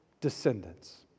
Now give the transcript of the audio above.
descendants